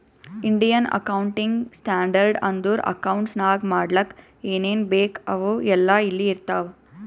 Indian accounting standard ಅಂದುರ್ accounts ನಾಗ್ ಮಾಡ್ಲಕ್ ಏನೇನ್ ಬೇಕು ಅವು ಎಲ್ಲಾ ಇಲ್ಲಿ ಇರ್ತಾವ